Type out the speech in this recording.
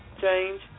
Change